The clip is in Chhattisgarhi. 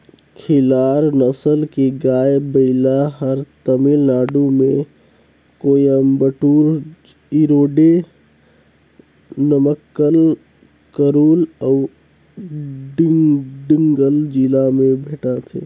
खिल्लार नसल के गाय, बइला हर तमिलनाडु में कोयम्बटूर, इरोडे, नमक्कल, करूल अउ डिंडिगल जिला में भेंटाथे